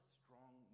strong